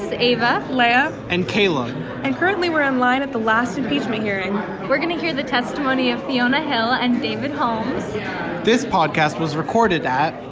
ava. lea ah and caleb and currently, we're in line at the last impeachment hearing we're going to hear the testimony of fiona hill and david holmes this podcast was recorded at.